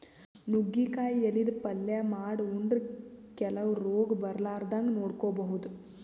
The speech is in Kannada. ನುಗ್ಗಿಕಾಯಿ ಎಲಿದ್ ಪಲ್ಯ ಮಾಡ್ ಉಂಡ್ರ ಕೆಲವ್ ರೋಗ್ ಬರಲಾರದಂಗ್ ನೋಡ್ಕೊಬಹುದ್